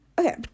okay